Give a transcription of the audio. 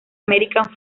american